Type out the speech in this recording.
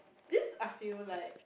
this I feel like